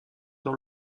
dans